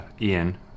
Ian